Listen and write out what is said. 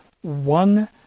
one